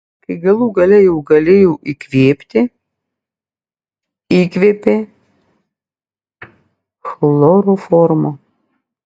kai galų gale jau galėjo įkvėpti įkvėpė chloroformo